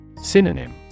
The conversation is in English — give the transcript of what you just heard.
Synonym